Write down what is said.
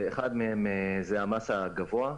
אחד מהם זה המס הגבוה,